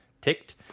ticked